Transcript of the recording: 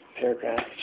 paragraph